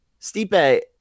Stipe